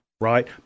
right